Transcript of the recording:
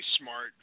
smart